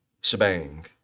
shebang